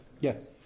Yes